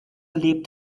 lebt